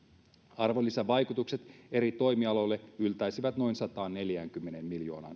arvonlisävaikutukset eri toimialoille yltäisivät noin sataanneljäänkymmeneen miljoonaan